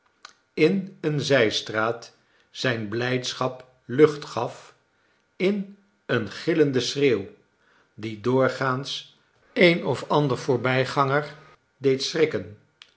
in eene zijstraat zijne blijdschap lucht gaf in een gillenden schreeuw die doorgaans een of ander voorbijganger deed schrikken